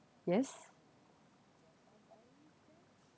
yes